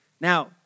Now